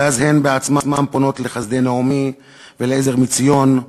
ואז הן בעצמן פונות ל"חסדי נעמי", ל"עזר מציון"